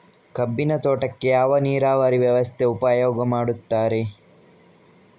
ಕಬ್ಬಿನ ತೋಟಕ್ಕೆ ಯಾವ ನೀರಾವರಿ ವ್ಯವಸ್ಥೆ ಉಪಯೋಗ ಮಾಡುತ್ತಾರೆ?